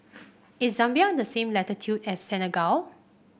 is Zambia on the same latitude as Senegal